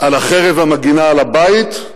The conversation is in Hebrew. על החרב המגינה על הבית,